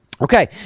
Okay